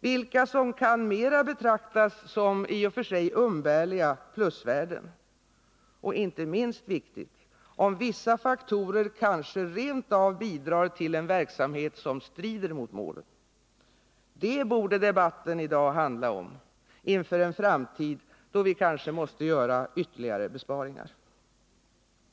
vilka som kan mera betraktas som i och för sig umbärliga plusvärden och, inte minst viktigt, om vissa faktorer kanske rentav bidrar till en verksamhet som strider mot målen. Detta borde debatten i dag handla om, inför en framtid då kanske ytterligare besparingar måste göras.